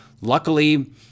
Luckily